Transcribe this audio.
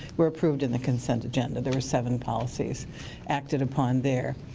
were approved in the consent agenda, there were seven policies acted upon there.